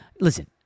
Listen